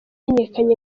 wamenyekanye